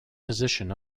position